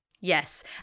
Yes